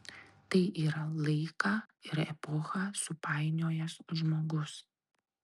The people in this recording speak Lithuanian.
tai yra laiką ir epochą supainiojęs žmogus